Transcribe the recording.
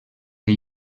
que